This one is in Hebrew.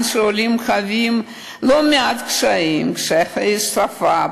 שעולים חווים לא מעט קשיים: קשיי שפה,